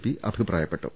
P അഭി പ്രായപ്പെട്ടു